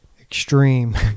extreme